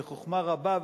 בחוכמה רבה,